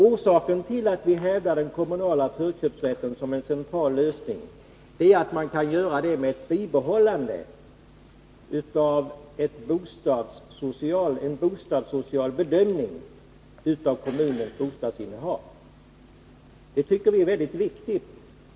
Orsaken till att vi hävdar den kommunala förköpsrätten som en central lösning är att det går att förena med ett bibehållande av en bostadssocial bedömning beträffande kommunens bostadsinnehav. Det tycker vi är mycket viktigt.